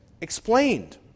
explained